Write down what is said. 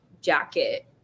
jacket